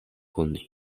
kun